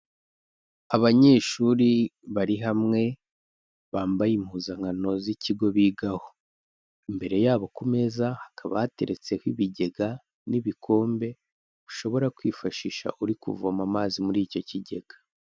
Abanyeshuri bari hamwe, bambaye impuzankano z'ikigo bigaho, imbere yabo ku meza hakaba hateretseho ibigega n'ibikombe ushobora kwifashisha uri kuvoma amazi muri icyo kigega.